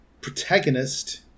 protagonist